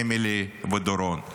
אמילי ודורון.